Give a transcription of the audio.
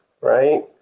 Right